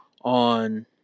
on